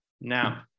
Now